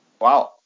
wow